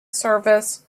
service